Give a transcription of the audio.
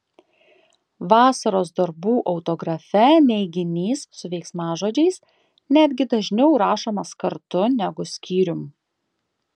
vasaros darbų autografe neiginys su veiksmažodžiais netgi dažniau rašomas kartu negu skyrium